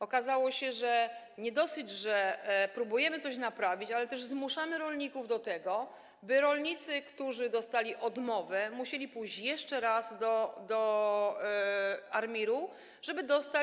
Okazało się, że nie dosyć, że próbujemy coś naprawić, ale też zmuszamy rolników do tego, by rolnicy, którzy dostali odmowę, musieli pójść jeszcze raz do ARMiR-u, żeby dostać.